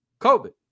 COVID